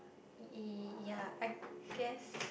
ee ya I guess